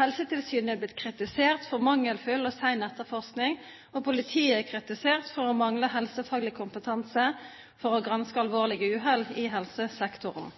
Helsetilsynet er blitt kritisert for mangelfull og sen etterforskning, og politiet er kritisert for å mangle helsefaglig kompetanse for å granske alvorlige uhell i helsesektoren.